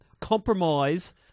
compromise